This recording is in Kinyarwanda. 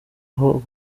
aho